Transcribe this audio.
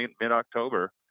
mid-October